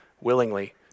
willingly